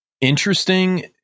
interesting